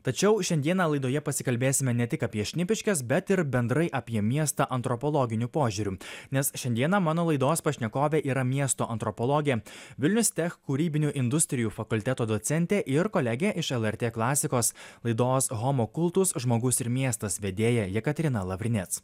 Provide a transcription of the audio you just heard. tačiau šiandieną laidoje pasikalbėsime ne tik apie šnipiškes bet ir bendrai apie miestą antropologiniu požiūriu nes šiandieną mano laidos pašnekovė yra miesto antropologė vilniaus tech kūrybinių industrijų fakulteto docentė ir kolegė iš lrt klasikos laidos homo kultus žmogus ir miestas vedėja jekaterina lavrinec